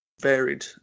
varied